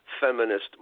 feminist